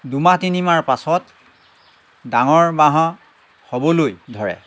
দুমাহ তিনিমাহৰ পাছত ডাঙৰ বাঁহ হ'বলৈ ধৰে